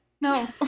no